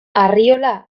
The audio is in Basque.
arriola